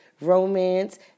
romance